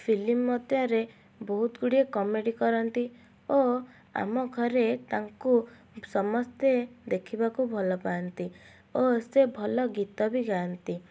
film ମଧ୍ୟରେ ବହୁତ ଗୁଡ଼ିଏ କମେଡ଼ି କରନ୍ତି ଓ ଆମ ଘରେ ତାଙ୍କୁ ସମସ୍ତେ ଦେଖିବାକୁ ଭଲ ପାଆନ୍ତି ଓ ସେ ଭଲ ଗୀତ ବି ଗାଆନ୍ତି